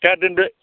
दे दोनदो